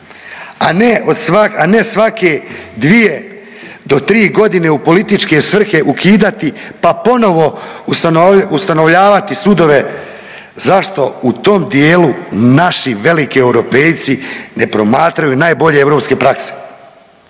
a ne svake dvije do tri godine u političke svrhe ukidati pa ponovo ustanovljavati sudove zašto u tom dijelu naši veliki europejci ne promatraju najbolje europske prakse.